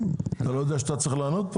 אתה לא יודע שאתה צריך לענות,